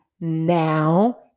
now